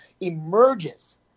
emerges